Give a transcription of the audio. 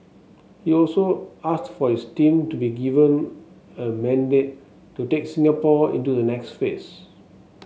he also asked for his team to be given a mandate to take Singapore into the next phase